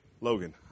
Logan